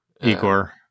Igor